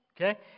okay